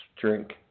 drink